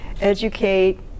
educate